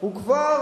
הוא כבר